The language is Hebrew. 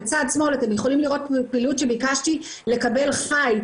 מצד שמאל אתם יכולים לראות פעילות שביקשתי לקבל חי,